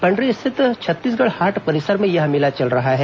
पंडरी स्थित छत्तीसगढ़ हाट परिसर में यह मेला चल रहा है